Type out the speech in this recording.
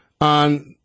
on